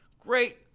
great